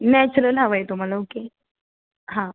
natural हवं आहे तुम्हाला ओके हां